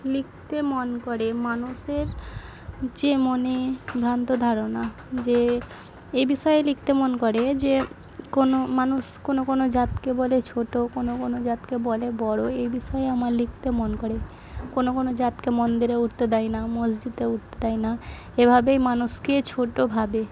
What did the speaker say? লিখতে মন করে মানুষের যে মনে ভ্রান্ত ধারণা যে এ বিষয়ে লিখতে মন করে যে কোনো মানুষ কোনো কোনো জাতকে বলে ছোটো কোনো কোনো জাতকে বলে বড়ো এই বিষয়ে আমার লিখতে মন করে কোনো কোনো জাতকে মন্দিরে উঠতে দেয় না মসজিতে উঠতে দেয় না এভাবেই মানুষকে ছোটো ভাবে